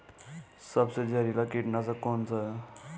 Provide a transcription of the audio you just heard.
सबसे जहरीला कीटनाशक कौन सा है?